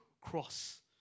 cross